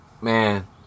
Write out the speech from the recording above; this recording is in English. man